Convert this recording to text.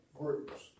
groups